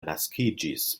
naskiĝis